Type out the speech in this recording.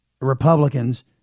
Republicans